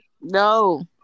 No